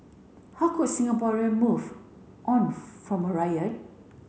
how could Singaporean move on from a riot